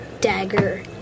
dagger